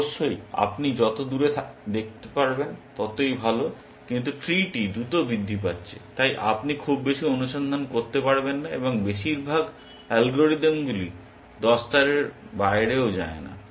অবশ্যই আপনি যত দূর দেখতে পারবেন ততই ভাল কিন্তু ট্রি টি দ্রুত বৃদ্ধি পাচ্ছে তাই আপনি খুব বেশি অনুসন্ধান করতে পারবেন না এবং বেশিরভাগ অ্যালগরিদমগুলি 10 স্তর এর বাইরেও যায় না